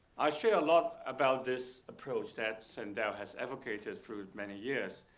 i share a lot about this approach that sandel has advocated for many years.